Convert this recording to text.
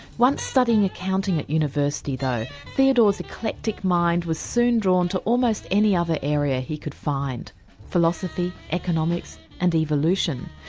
once studying accounting at university, though, theodore's eclectic mind was soon drawn to almost any other area he could find philosophy, economics and evolution.